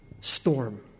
storm